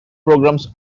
programs